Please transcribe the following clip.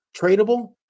tradable